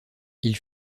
ils